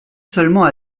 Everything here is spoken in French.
seulement